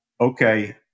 okay